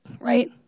right